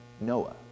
Noah